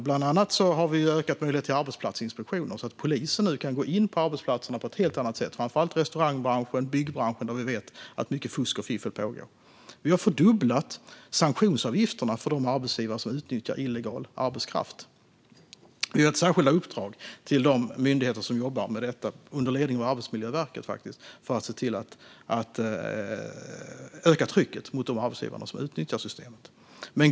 Bland annat har vi ökat möjligheterna för arbetsplatsinspektioner så att polisen nu kan gå in på arbetsplatserna på ett helt annat sätt än tidigare, framför allt i restaurangbranschen och byggbranschen där vi vet att det pågår mycket fusk och fiffel. Vi har också fördubblat sanktionsavgifterna för de arbetsgivare som utnyttjar illegal arbetskraft, och vi har gett särskilda uppdrag till de myndigheter som jobbar med detta, under ledning av Arbetsmiljöverket, för att öka trycket mot de arbetsgivare som utnyttjar systemet.